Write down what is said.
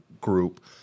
group